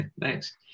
Thanks